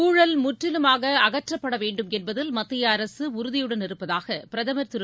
ஊழல் முற்றிலுமாக அகற்றப்பட வேண்டும் என்பதில் மத்திய அரசு உறுதியுடன் இருப்பதாக பிரதமர் திரு